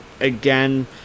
again